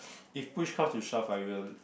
if push comes to shove I will